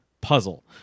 puzzle